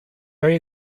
very